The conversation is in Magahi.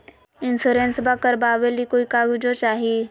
इंसोरेंसबा करबा बे ली कोई कागजों चाही?